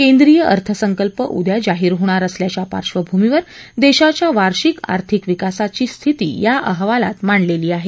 केंद्रीय अर्थसंकल्प उद्या जाहीर होणार असल्याच्या पार्श्वभूमीवर देशाच्या वार्षिक आर्थिक विकासाचे स्थिती या अहवालात मांडलेली आहे